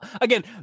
Again